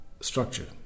structure